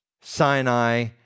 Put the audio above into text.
Sinai